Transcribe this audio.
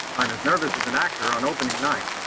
i'm as nervous as an actor on opening night.